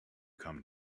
come